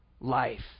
life